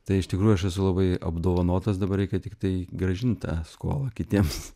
tai iš tikrųjų aš esu labai apdovanotas dabar reikia tiktai grąžint tą skolą kitiems